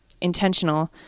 intentional